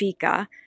fika